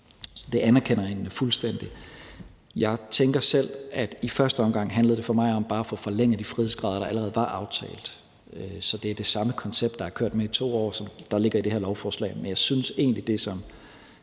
ud. Det anerkender jeg egentlig fuldstændig. Jeg tænker selv, at det i første omgang for mig bare handlede om at få forlænget de frihedsgrader, der allerede var aftalt. Så det er det samme koncept, der er kørt med i 2 år, som ligger i det her lovforslag. Men jeg synes egentlig det, som